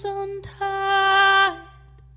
untied